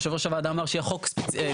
יושב ראש הוועדה אמר שחוק,